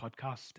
podcast